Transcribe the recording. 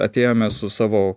atėjome su savo